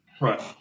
Right